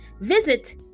Visit